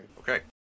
Okay